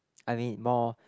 I mean more